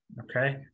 okay